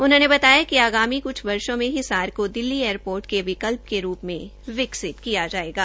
उन्होंने बताया कि आगामी कुछ वर्षों में हिसार को दिल्ली एयरपोर्ट के विकल्प के रूप में विकसित किया जायेगा